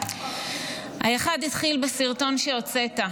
האחד התחיל בסרטון שהוצאת,